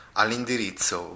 all'indirizzo